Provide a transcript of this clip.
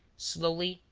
slowly,